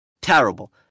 terrible